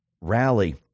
rally